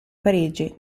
parigi